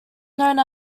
known